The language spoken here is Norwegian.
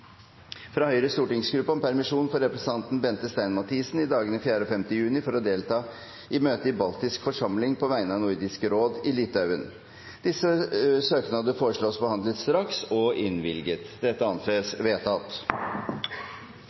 fra Høyres stortingsgruppe om permisjon for representanten Bente Stein Mathisen i dagene 4. og 5. juni for å delta i møte i Baltisk forsamling på vegne av Nordisk råd, i Litauen Disse søknader foreslås behandlet straks og innvilget. – Det anses vedtatt.